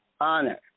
Honor